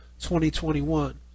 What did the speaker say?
2021